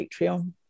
Patreon